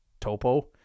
Topo